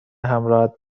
همراهت